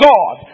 God